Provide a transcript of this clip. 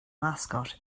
mascot